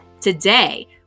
today